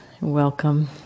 Welcome